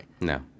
No